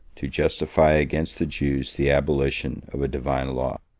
to justify against the jews the abolition of a divine law.